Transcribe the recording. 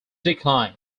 decline